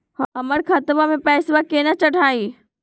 हमर खतवा मे पैसवा केना चढाई?